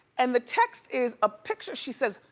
and the text is a picture, she says,